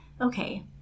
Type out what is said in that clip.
okay